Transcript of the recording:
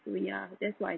so ya that's why I